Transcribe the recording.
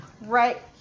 right